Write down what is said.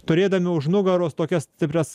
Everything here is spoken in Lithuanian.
turėdami už nugaros tokias stiprias